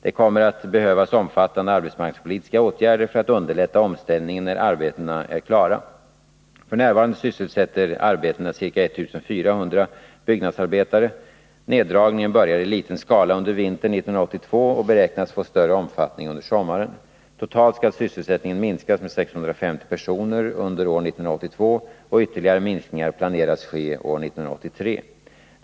Det kommer att behövas omfattande arbetsmarknadspolitiska åtgärder för att underlätta omställningen när arbetena är klara. F.n. sysselsätter arbetena ca 1400 byggnadsarbetare. Neddragningen börjar i liten skala under vintern 1982 och beräknas få större omfattning under sommaren. Totalt skall sysselsättningen minskas med 650 personer under år 1982, och ytterligare minskningar planeras ske år 1983.